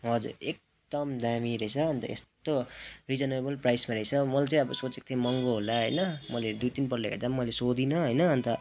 हजुर एकदम दामी रहेछ अन्त यस्तो रिजनेबल प्राइसमा रहेछ मैले चाहिँ अब सोचेकोको थिएँ महँगो होला होइन मैले दुई तिनपल्ट हेर्दा पनि सोधिनँ होइन अन्त